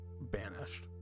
banished